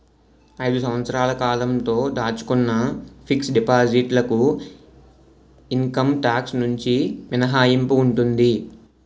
ఐదు సంవత్సరాల కాలంతో దాచుకున్న ఫిక్స్ డిపాజిట్ లకు ఇన్కమ్ టాక్స్ నుంచి మినహాయింపు ఉంటుంది